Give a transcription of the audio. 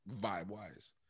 vibe-wise